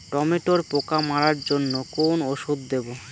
টমেটোর পোকা মারার জন্য কোন ওষুধ দেব?